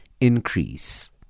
increase